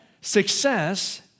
Success